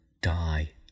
die